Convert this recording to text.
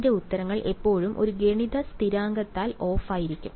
എന്റെ ഉത്തരങ്ങൾ എപ്പോഴും ഒരു ഗുണിത സ്ഥിരാങ്കത്താൽ ഓഫായിരിക്കും